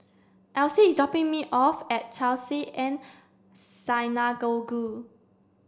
Elyse is dropping me off at Chesed El Synagogue